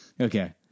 Okay